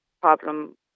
problem